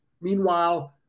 Meanwhile